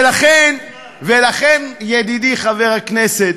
זה חוק דגול, ולכן, ולכן, ידידי חבר הכנסת,